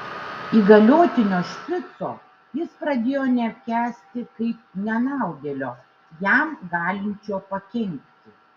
įgaliotinio špico jis pradėjo neapkęsti kaip nenaudėlio jam galinčio pakenkti